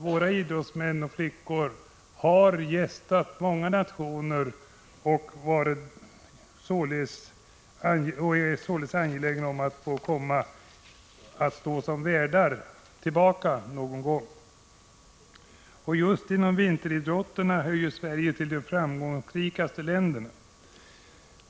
Våra idrottsmän och idrottskvinnor har ju gästat många nationer och är således angelägna om att någon gång få bjuda tillbaka och stå som värdar. Just inom vinteridrotterna hör Sverige till de framgångsrikaste länderna.